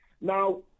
Now